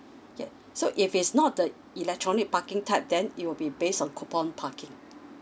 yeah so if it's not the electronic parking type then it will be based on coupon parking